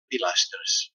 pilastres